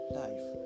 life